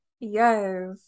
Yes